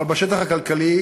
אבל בשטח הכלכלי